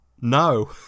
No